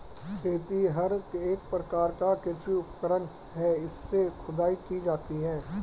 खेतिहर एक प्रकार का कृषि उपकरण है इससे खुदाई की जाती है